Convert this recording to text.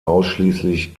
ausschließlich